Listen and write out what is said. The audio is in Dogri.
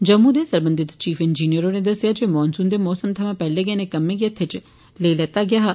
जम्मू दे सरबंधित चीफ इंजीनियर होरें दस्सेआ जे मानसून दे मौसम सवां पैहले गै इनें कम्में गी हत्थै च लेई लैता गेआ हा